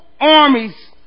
armies